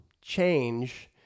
change